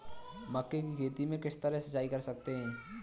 मक्के की खेती में किस तरह सिंचाई कर सकते हैं?